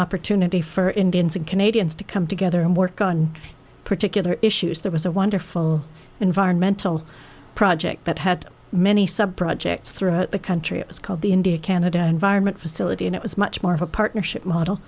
opportunity for indians and canadians to come together and work on particular issues there was a wonderful environmental project that had many sub projects throughout the country it was called the india canada environment facility and it was much more of a partnership model